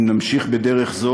אם נמשיך בדרך זו,